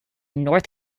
north